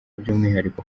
by’umwihariko